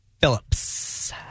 Phillips